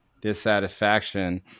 dissatisfaction